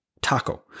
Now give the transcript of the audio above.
taco